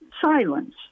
silence